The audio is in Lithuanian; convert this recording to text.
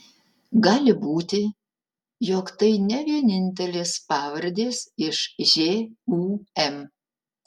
gali būti jog tai ne vienintelės pavardės iš žūm